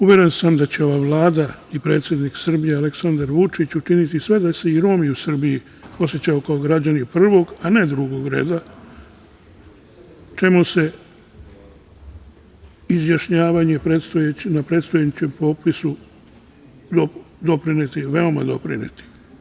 Uveren sam da će i ova Vlada i predsednik Srbije Aleksandar Vučić učiniti sve da se i Romi u Srbiji osećaju kao građani prvog, a ne drugog reda, čemu će izjašnjavanje na predstojećem popisu doprineti, veoma doprineti.